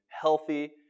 healthy